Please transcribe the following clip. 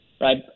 right